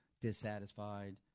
dissatisfied